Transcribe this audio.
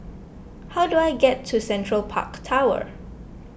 how do I get to Central Park Tower